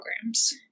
programs